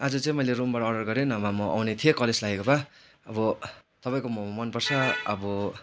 आज चाहिँ मैले रुमबाट अर्डर गरेँ नभए आउने थिएँ कलेज लागेको भए अब तपाईँको मोमो मनपर्छ अब